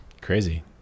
crazy